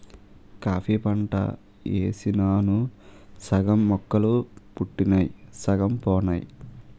coffee పంట యేసినాను సగం మొక్కలు పుట్టినయ్ సగం పోనాయి